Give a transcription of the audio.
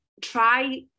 try